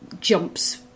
jumps